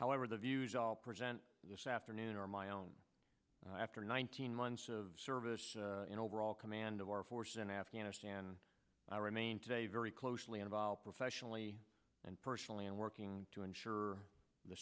however the views all present in this afternoon are my own after nineteen months of service in overall command of our force in afghanistan i remain today very closely involved professionally and personally and working to ensure the